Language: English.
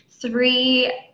three